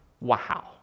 Wow